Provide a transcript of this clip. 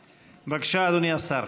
בבקשה, אדוני השר.